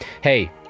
Hey